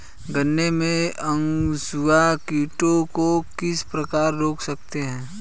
गन्ने में कंसुआ कीटों को किस प्रकार रोक सकते हैं?